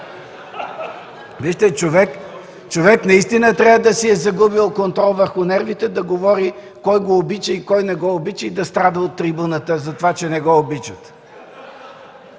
Вижте, човек наистина трябва да си е загубил контрол върху нервите, да говори кой го обича и кой не го обича и да страда от трибуната за това, че не го обичат.